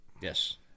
Yes